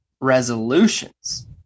resolutions